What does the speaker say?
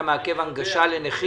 אתה מעכב הנגשה לנכים?